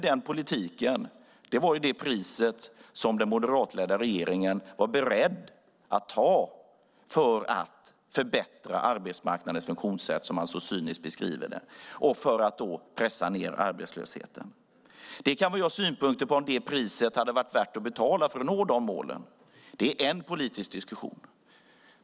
Den politiken var det pris som den moderatledda regeringen var beredd att ta för att förbättra arbetsmarknadens funktionssätt, som man så cyniskt beskriver det, och för att pressa ned arbetslösheten. Vi kan ha synpunkter på om det priset hade varit värt att betala för att nå de målen. Det är en politisk diskussion.